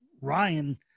Ryan